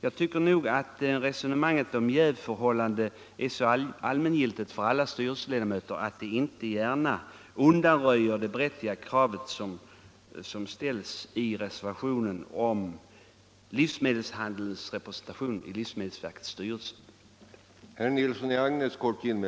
Jag tycker att resonemanget om jävsförhållandet i vad gäller styrelseledamöter har så allmän karaktär, att det inte gärna undanröjer det berättigade krav som ställs i reservation om livsmedelshandelns representation i livsmedelsverkets styrelse.